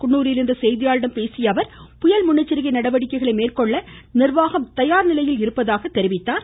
குன்னூரில் இன்று செய்தியாளர்களிடம் பேசிய அவர் புயல் முன்னெச்சரிக்கை நடவடிக்கைகளை மேற்கொள்ள நிர்வாகம் தயார் நிலையில் உள்ளதாக குறிப்பிட்டார்